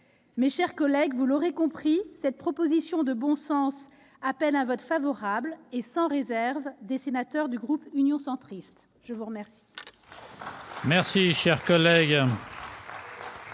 Mes chers collègues, vous l'aurez compris, cette proposition de bon sens appelle un vote favorable et sans réserve des sénateurs du groupe Union Centriste. La parole